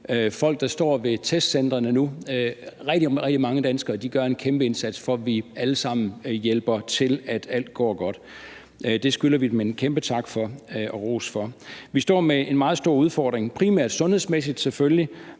folk, der står ved testcentrene nu, altså rigtig, rigtig mange danskere, gør en kæmpe indsats, og at vi alle sammen hjælper til med, at alt går godt. Det skylder vi dem en kæmpe tak og ros for. Vi står med en meget stor udfordring, primært sundhedsmæssigt selvfølgelig